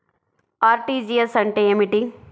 RTGS అంటే ఏమిటి?